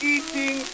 Eating